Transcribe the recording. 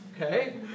okay